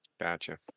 Gotcha